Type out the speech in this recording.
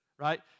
right